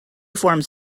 forms